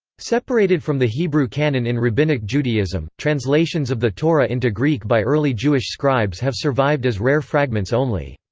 separated from the hebrew canon in rabbinic judaism, translations of the torah into greek by early jewish scribes have survived as rare fragments only.